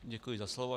Děkuji za slovo.